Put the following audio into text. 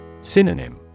Synonym